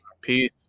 Peace